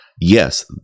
Yes